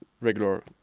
regular